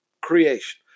creation